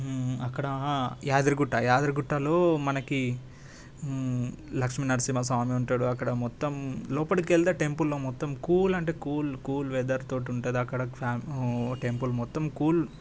అక్కడ యాదిగిరిగుట్ట యాదగిరిగుట్టలో మనకి లక్ష్మీనరసింహస్వామి ఉంటాడు అక్కడ మొత్తం లోపటకి వెళ్తే టెంపుల్లో మొత్తం కూల్ అంటే కూల్ కూల్ వెదర్ తోటి ఉంటుంది అక్కడ టెంపుల్ మొత్తం కూల్